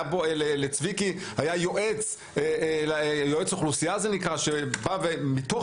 לצביקי טסלר היה יועץ אוכלוסייה שבא מתוך